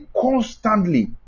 constantly